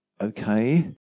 okay